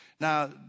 Now